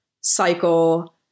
cycle